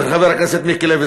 אומר חבר הכנסת מיקי לוי,